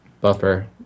Buffer